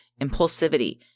impulsivity